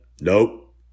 Nope